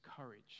courage